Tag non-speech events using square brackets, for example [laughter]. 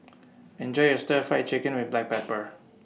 Enjoy your Stir Fry Chicken with Black [noise] Pepper